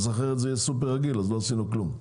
כי אחרת זה יהיה סופר רגיל ולא עשינו בזה כלום.